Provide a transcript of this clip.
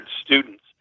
students